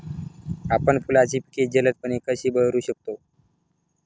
आपण फुलांची पिके जलदपणे कधी बहरू शकतो?